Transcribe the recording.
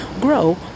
grow